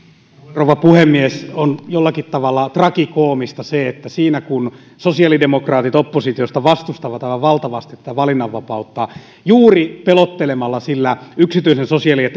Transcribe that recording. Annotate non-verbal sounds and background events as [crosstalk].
rouva puhemies on jollakin tavalla tragikoomista se että kun sosiaalidemokraatit oppositiosta vastustavat aivan valtavasti tätä valinnanvapautta juuri pelottelemalla sillä yksityisen sosiaali ja [unintelligible]